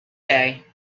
day